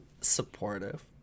supportive